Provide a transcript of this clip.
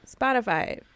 Spotify